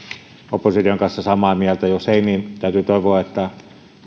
opposition kanssa samaa mieltä jos ei niin täytyy toivoa että